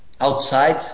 outside